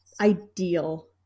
ideal